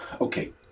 Okay